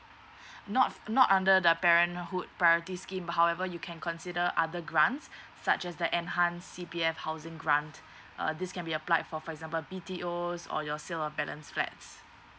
not not under the parenthood priority scheme however you can consider other grants such as the enhance C_P_F housing grant uh this can be applied for for example B_T_O's or your sell of balance flats